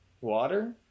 water